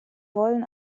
wollen